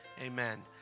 Amen